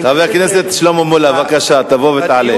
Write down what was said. חבר הכנסת שלמה מולה, בבקשה, תבוא ותעלה.